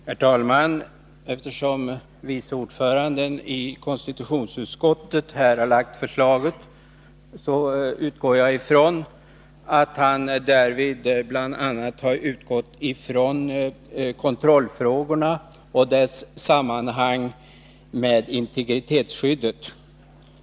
Herr talman! Eftersom vice ordföranden i konstitutionsutskottet här har lagt fram förslaget, utgår jag från att han bl.a. har till utgångspunkt kontrollfrågorna och deras sammanhang med integritetsskyddet.